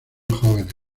jóvenes